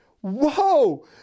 Whoa